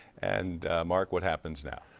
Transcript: and mark what happens now?